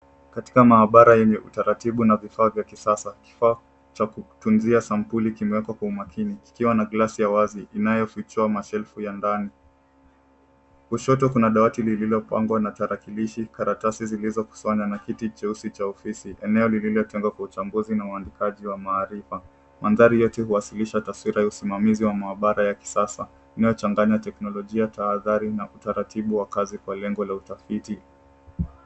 Katika mahabra yenye utaratibu na vifaa vya kisasa. Kifaa cha kutuzia sampuli kimewekwa kwa umakini kikiwa na glasi ya wazi inayofichuwa [mashelfu] ya ndani kushoto kuna dawati liliopagwa na tarakilishi, karatasi zilizokusanywa na kiti cheusi cha ofisi. Eneo lililotegwa kwa uchambuzi na uandikaji maarifa. Mandhari yote huwasilisha taswira ya usimamizi wa mahabara ya kisasa inayochaganya teknolojia ,tahadhari na uataritibu wa kazi kwa lengo wa utafiti.